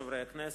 חברי הכנסת,